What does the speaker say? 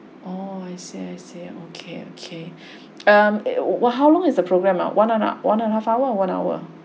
oh I see I see okay okay um how long is the programme now one and one and half hour or one hour